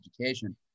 education